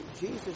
Jesus